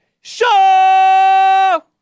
show